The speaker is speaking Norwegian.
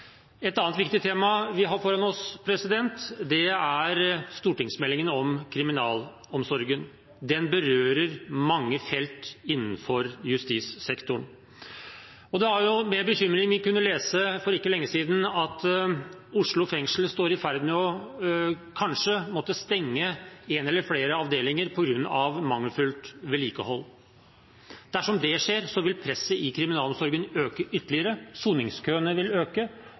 Et annet viktig tema vi har foran oss, er stortingsmeldingen om kriminalomsorgen. Den berører mange felt innenfor justissektoren. Og det var med bekymring vi for ikke lenge siden kunne lese at Oslo fengsel står i fare for kanskje å måtte stenge én eller flere avdelinger på grunn av mangelfullt vedlikehold. Dersom det skjer, vil presset i kriminalomsorgen øke ytterligere, soningskøene vil øke,